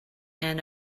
and